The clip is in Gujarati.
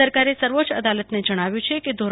સરકારે સર્વોચ્ય અદાલતને જણાવ્યું છે કે ધો